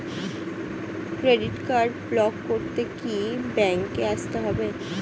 Credit card block করতে কি ব্যাংকে আসতে হবে?